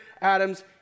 Adam's